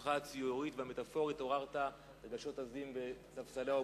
בלשונך הציורית והמטאפורית עוררת רגשות עזים בספסלי האופוזיציה.